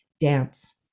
dance